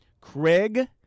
Craig